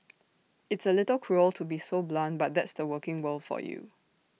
it's A little cruel to be so blunt but that's the working world for you